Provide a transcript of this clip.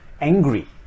angry